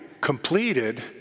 completed